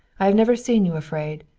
i have never seen you afraid.